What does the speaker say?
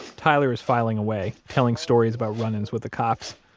tyler is filing away, telling stories about run-ins with the cops.